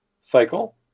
Cycle